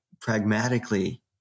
pragmatically